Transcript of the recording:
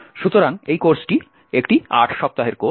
সুতরাং এই কোর্সটি একটি আট সপ্তাহের কোর্স